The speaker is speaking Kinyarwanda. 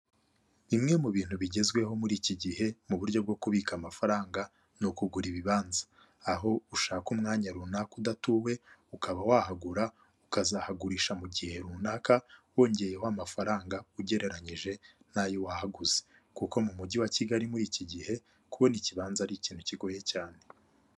Bimwe mu bintu bigezweho muri iki gihe mu buryo bwo kubika amafaranga ni ukugura ibibanza, aho ushaka umwanya runaka udatuwe ukaba wahagura ukazahagurisha mu gihe runaka wongeyeho amafaranga ugereranyije n'ayo wahaguze, kuko mu mujyi wa Kigali muri iki gihe kubona ikibanza ari ikintu kigoye cyane.